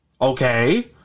Okay